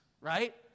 right